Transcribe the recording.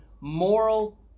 moral